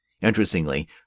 Interestingly